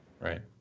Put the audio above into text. Right